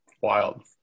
wild